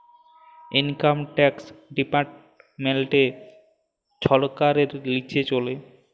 income tax department ছরকারের লিচে চলে